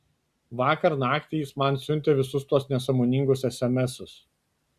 vakar naktį jis man siuntė visus tuos nesąmoningus esemesus